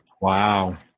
Wow